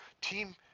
team